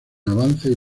avances